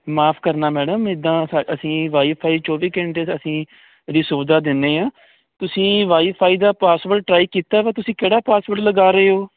ਮਾਫ ਕਰਨਾ ਮੈਡਮ ਇਦਾਂ ਅਸੀਂ ਵਾਈਫਾਈ ਚੋਵੀ ਘੰਟੇ ਅਸੀਂ ਰੀਸੋਦਾ ਦਿੰਦੇ ਆਂ ਤੁਸੀਂ ਵਾਈਫਾਈ ਦਾ ਪਾਸਵਰਡ ਟਰਾਈ ਕੀਤਾ ਵਾ ਤੁਸੀਂ ਕਿਹੜਾ ਪਾਸਵਰਡ ਲਗਾ ਰਹੇ ਹੋ